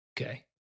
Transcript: Okay